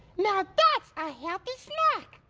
now that's a healthy snack.